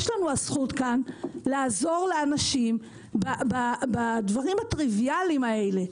יש לנו הזכות פה לעזור לאנשים בדברים הטריוויאליים האלה.